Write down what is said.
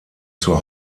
zur